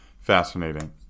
fascinating